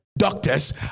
Doctors